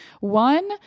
One